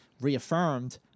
reaffirmed